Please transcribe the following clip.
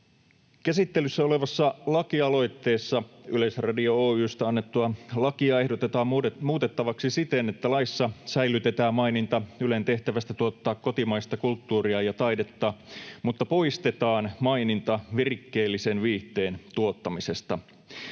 Käsittelyssä olevassa lakialoitteessa Yleisradio Oy:stä annettua lakia ehdotetaan muutettavaksi siten, että laissa säilytetään maininta Ylen tehtävästä tuottaa kotimaista kulttuuria ja taidetta mutta poistetaan maininta virikkeellisen viihteen tuottamisesta.